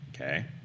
Okay